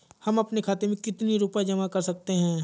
हम अपने खाते में कितनी रूपए जमा कर सकते हैं?